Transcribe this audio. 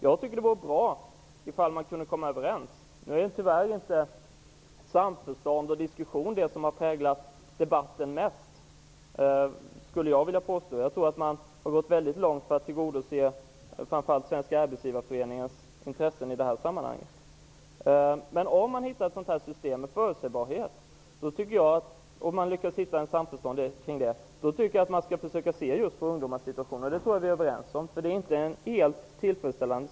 Jag tycker att det vore bra om man kunde komma överens. Nu är det tyvärr inte samförstånd och diskussion det som mest har präglat debatten. Jag tror att man har gått väldigt långt för att tillgodose framför allt Svenska arbetsgivareföreningens intressen. Om man lyckas med att uppnå samförstånd kring ett systen med förutsägbarhet, tycker jag att man bör se just på ungdomars situation. Det är vi nog överens om. Den situation som ungdomar står inför i dag är inte helt tillfredsställande.